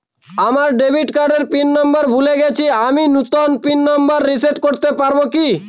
আমার ডেবিট কার্ডের pin number ভুলে গেছি আমি নূতন পিন নম্বর রিসেট করতে পারবো কি?